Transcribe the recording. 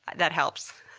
that helps.